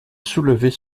soulever